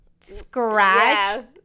scratch